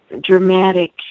dramatic